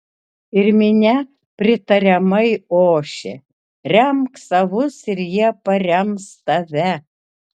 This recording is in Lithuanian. ir minia pritariamai ošė remk savus ir jie parems tave